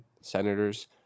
Senators